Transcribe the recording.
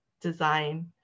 design